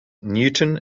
newton